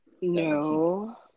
No